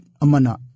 Amana